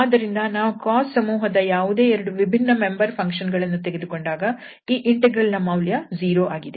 ಆದ್ದರಿಂದ ನಾವು cosine ಸಮೂಹದ ಯಾವುದೇ ಎರಡು ವಿಭಿನ್ನ ಮೆಂಬರ್ ಫಂಕ್ಷನ್ ಗಳನ್ನು ತೆಗೆದುಕೊಂಡಾಗ ಈ ಇಂಟೆಗ್ರಲ್ ನ ಮೌಲ್ಯ 0 ಆಗಿದೆ